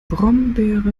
brombeere